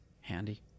handy